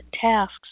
tasks